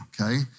okay